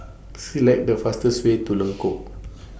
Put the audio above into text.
Select The fastest Way to Lengkok